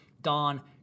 Don